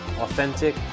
authentic